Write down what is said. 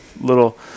little